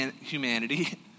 humanity